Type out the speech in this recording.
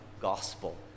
gospel